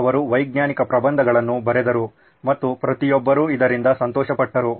ಅವರು ವೈಜ್ಞಾನಿಕ ಪ್ರಬಂಧಗಳನ್ನು ಬರೆದರು ಮತ್ತು ಪ್ರತಿಯೊಬ್ಬರೂ ಇದರಿಂದ ಸಂತೋಷಪಟ್ಟರು